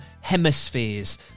hemispheres